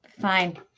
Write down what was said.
Fine